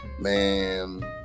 Man